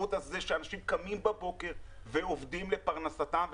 בזכות זה שאנשים קמים בבוקר ועובדים לפרנסתם,